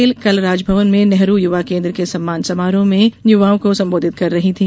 पटेल कल राजभवन में नेहरू युवा केन्द्र के सम्मान समारोह में युवाओं को सम्बोधित कर रही थी